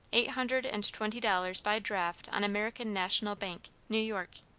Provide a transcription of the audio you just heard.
eight hundred and twenty dollars by draft on american national bank, new york.